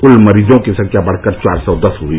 कुल मरीजों की संख्या बढ़कर चार सौ दस हुई